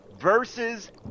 versus